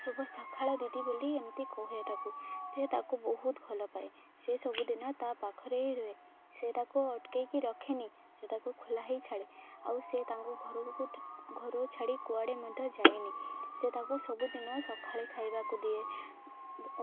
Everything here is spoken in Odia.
ଶୁଭ ସଖାଳ ଦିଦି ବୋଲି ଏମିତି କୁହେ ତାକୁ ଯେ ତାକୁ ବହୁତ ଭଲପାାଏ ସେ ସବୁଦିନ ତା' ପାଖରେ ହ ରୁହେ ସେ ତାକୁ ଅଟକେଇକି ରଖେନି ସେ ତାକୁ ଖୋଲା ହେଇ ଛାଡ଼େ ଆଉ ସେ ତାଙ୍କୁ ଘରକୁ ଘରକୁ ଛାଡ଼ି କୁଆଡ଼େ ମଧ୍ୟ ଯାଏନି ସେ ତାକୁ ସବୁଦିନ ସଖାଳେ ଖାଇବାକୁ ଦିଏ